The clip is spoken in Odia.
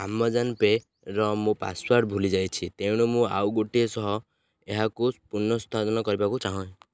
ଆମାଜନ୍ ପେର ମୋ ପାସୱାର୍ଡ଼ ମୁଁ ଭୁଲି ଯାଇଛି ତେଣୁ ମୁଁ ଆଉ ଗୋଟିଏ ସହିତ ଏହାକୁ ପୁନଃସଂସ୍ଥାପିତ କରିବାକୁ ଚାହେଁ